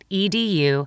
edu